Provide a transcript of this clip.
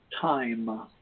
Time